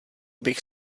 bych